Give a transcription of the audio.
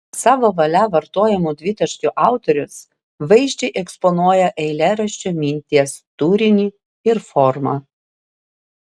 savo valia vartojamu dvitaškiu autorius vaizdžiai eksponuoja eilėraščio minties turinį ir formą